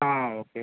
ఆ ఓకే